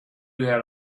had